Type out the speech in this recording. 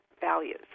values